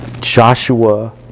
Joshua